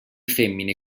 femmine